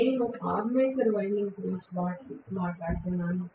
నేను armature winding గురించి మాట్లాడుతున్నాను